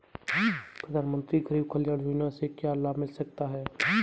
प्रधानमंत्री गरीब कल्याण योजना से क्या लाभ मिल सकता है?